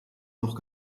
noch